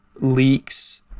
leaks